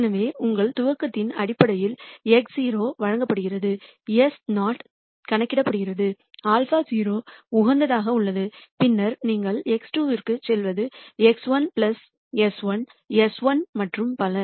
எனவே உங்கள் துவக்கத்தின் அடிப்படையில் x0 வழங்கப்படுகிறது s நாட் கணக்கிடப்படுகிறது α0 உகந்ததாக உள்ளது பின்னர் நீங்கள் x2 க்குச் செல்வது x1 α1 s1 மற்றும் பல